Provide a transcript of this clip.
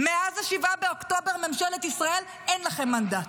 ממשלת ישראל, מאז 7 באוקטובר אין לכם מנדט,